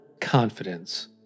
Confidence